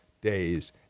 days